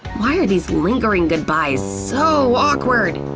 why are these lingering goodbyes so awkward!